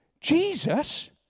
Jesus